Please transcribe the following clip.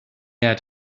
had